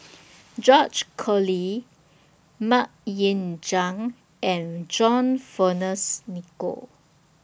George Collyer Mok Ying Jang and John Fearns Nicoll